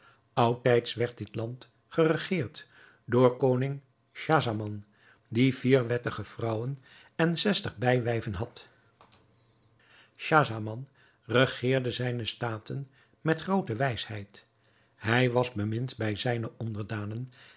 oudtijds werd dit land geregeerd door koning schahzaman die vier wettige vrouwen en zestig bijwijven had schahzaman regeerde zijne staten met groote wijsheid hij was bemind bij zijne onderdanen